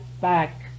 back